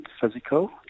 physical